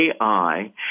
AI